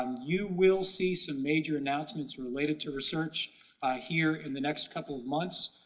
um you will see some major announcements related to research here in the next couple of months,